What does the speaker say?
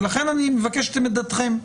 ולכן, אני מבקש את עמדתכם,